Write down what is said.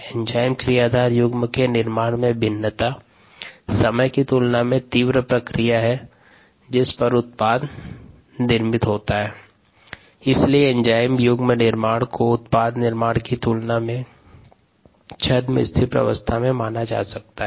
enzyme क्रियाधार युग्म के निर्माण में भिन्नता समय की तुलना में तीव्र प्रक्रिया है जिस पर उत्पाद निर्मित होता है इसलिए एंजाइम युग्म निर्माण को उत्पाद निर्माण की तुलना में छद्म स्थिर प्रवस्था में माना जा सकता है